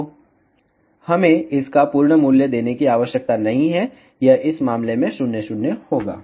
तो हमें इसका पूर्ण मूल्य देने की आवश्यकता नहीं है यह इस मामले में 0 0 होगा